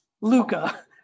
Luca